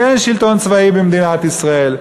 כי אין שלטון צבאי במדינת ישראל.